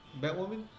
Batwoman